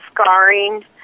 scarring